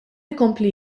ikompli